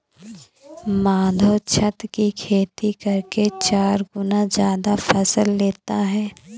माधव छत की खेती करके चार गुना ज्यादा फसल लेता है